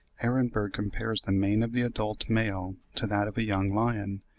ehrenberg compares the mane of the adult male to that of a young lion,